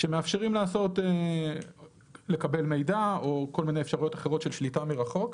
שמאפשרים לקבל מידע או כל מיני אפשרויות אחרות של שליטה מרחוק.